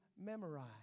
memorize